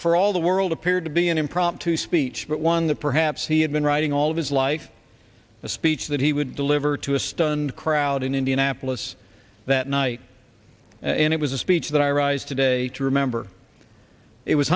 for all the world appeared to be an impromptu speech but one that perhaps he had been writing all of his life the speech that he would deliver to a stunned crowd in indianapolis that night and it was a speech that i rise today to remember it was